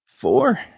Four